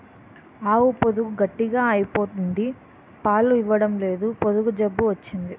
ఆవు పొదుగు గట్టిగ అయిపోయింది పాలు ఇవ్వడంలేదు పొదుగు జబ్బు వచ్చింది